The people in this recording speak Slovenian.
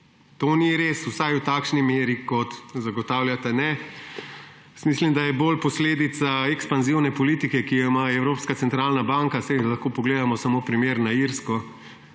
To ni res, vsaj v takšni meri, kot zagotavljate, ne. Mislim, da je bolj posledica ekspanzivne politike, ki jo ima Evropska centralna banka, saj lahko pogledamo samo primer na Irskem